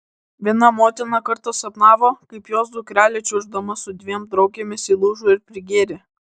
viena motina kartą sapnavo kaip jos dukrelė čiuoždama su dviem draugėmis įlūžo ir prigėrė